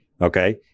Okay